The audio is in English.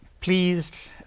pleased